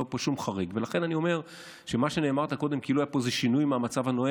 לא היה פה שום חריג.